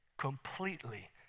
Completely